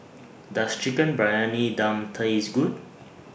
Does Chicken Briyani Dum Taste Good